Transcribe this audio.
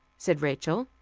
said rachel.